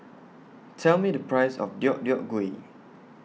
Tell Me The Price of Deodeok Gui